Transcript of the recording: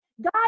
God